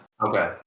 okay